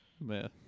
Man